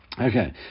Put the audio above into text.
Okay